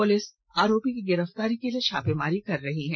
police आरोपी की गिरफ्तारी के लिए छापेमारी कर रही है